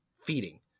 feeding